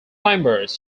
climbers